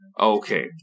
okay